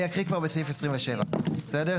אני אקריא כבר בסעיף 27. בסדר?